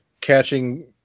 catching